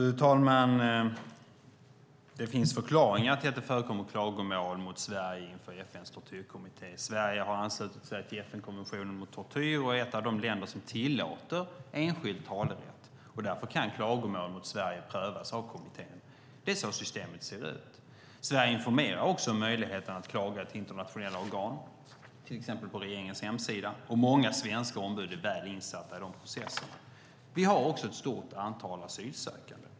Fru talman! Det finns förklaringar till att det förekommer klagomål mot Sverige inför FN:s tortyrkommitté. Sverige har anslutit sig till FN-konventionen mot tortyr och är ett av de länder som tillåter enskild talerätt, och därför kan klagomål mot Sverige prövas av kommittén. Det är så systemet ser ut. Sverige informerar också om möjligheten att klaga till internationella organ, till exempel på regeringens hemsida, och många svenska ombud är väl insatta i dessa processer. Vi har också ett stort antal asylsökande.